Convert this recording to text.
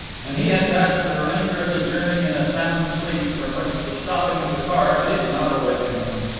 and he had passed the remainder of the journey in a sound sleep from which the stopping of the car did not awaken him.